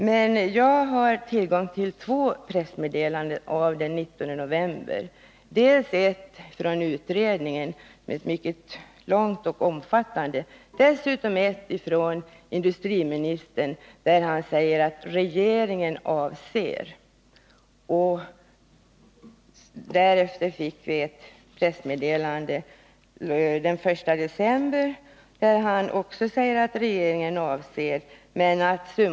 Men jag har tillgång till två pressmeddelanden av den 19 november: dels ett mycket långt och omfattande meddelande från utredningen, dels ett från industriministern, där det sägs: ”Regeringen avser”, osv. Därefter fick vi ett pressmeddelande den 1 december, där industriministern också anför: ”Regeringen avser”, osv.